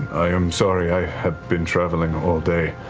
i am sorry, i have been traveling all day.